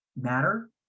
matter